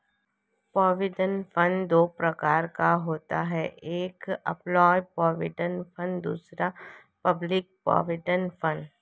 provident fund दो प्रकार का होता है एक एंप्लॉय प्रोविडेंट फंड दूसरा पब्लिक प्रोविडेंट फंड